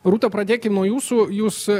rūta pradėkim nuo jūsų jūs